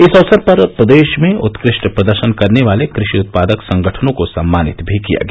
इस अवसर पर प्रदेश में उत्कृष्ट प्रदर्शन करने वाले कृषि उत्पादक संगठनों को सम्मानित भी किया गया